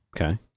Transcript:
okay